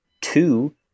two